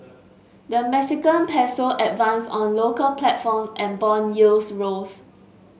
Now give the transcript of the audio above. the Mexican peso advanced on local platform and bond yields rose